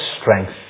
strength